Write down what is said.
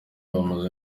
bamaze